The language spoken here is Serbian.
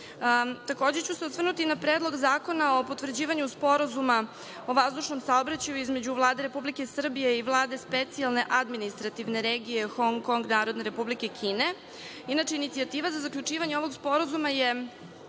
se i na Predlog zakona o potvrđivanju Sporazuma o vazdušnom saobraćaju između Vlade Republike Srbije i Vlade Specijalne administrativne regije Hong Kong Narodne Republike Kine. Inače, inicijativa za zaključivanje ovog sporazuma je